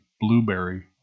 blueberry